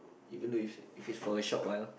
even thought its if it's for a short while